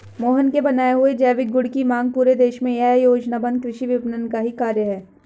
मोहन के बनाए हुए जैविक गुड की मांग पूरे देश में यह योजनाबद्ध कृषि विपणन का ही कार्य है